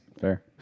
Fair